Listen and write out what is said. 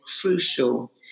crucial